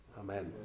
Amen